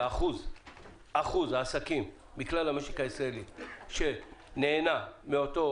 שאחוז העסקים מכלל המשק הישראלי שנהנה מאותו